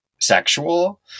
sexual